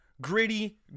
Gritty